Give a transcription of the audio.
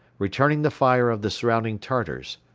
returning the fire of the surrounding tartars.